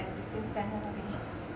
existing fan 在那边